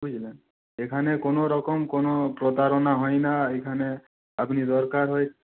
বুঝলেন এখানে কোনো রকম কোনো প্রতারণা হয় না এইখানে আপনি দরকার হয়